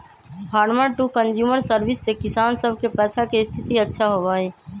farmer to consumer service से किसान सब के पैसा के स्थिति अच्छा होबा हई